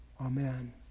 Amen